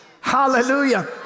Hallelujah